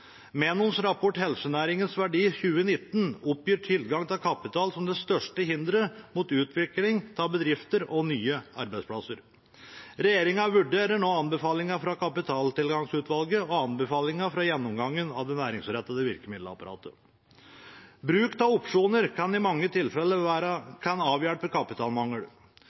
rapport «Helsenæringens verdi 2019» oppgir tilgang til kapital som det største hinderet for utvikling av bedrifter og nye arbeidsplasser. Regjeringen vurderer nå anbefalinger fra kapitaltilgangsutvalget og anbefalingen fra gjennomgangen av det næringsrettede virkemiddelapparatet. Bruk av opsjoner kan i mange tilfeller avhjelpe kapitalmangel.